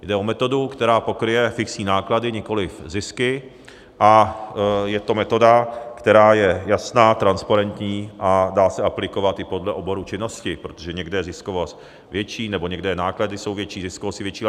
Jde o metodu, která pokryje fixní náklady, nikoliv zisky, a je to metoda, která je jasná, transparentní a dá se aplikovat i podle oboru činnosti, protože někde je ziskovost větší nebo někde náklady jsou větší, ziskovost je větší.